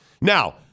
Now